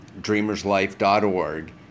dreamerslife.org